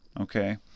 Okay